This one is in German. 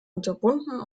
unterbunden